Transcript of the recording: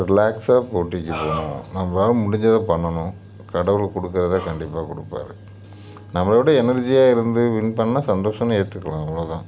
ரிலாக்ஸாக போட்டிக்கு போகணும் நம்மளால முடிஞ்சதை பண்ணணும் கடவுள் கொடுக்கறத கண்டிப்பாகக் கொடுப்பாரு நம்மள விட எனர்ஜியாக இருந்து வின் பண்ணால் சந்தோஷம்னு ஏற்றுக்கலாம் அவ்வளோ தான்